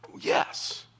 Yes